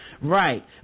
right